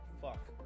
Fuck